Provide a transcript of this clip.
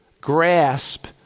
grasp